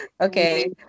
Okay